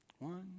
One